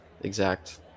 exact